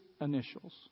initials